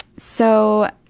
so,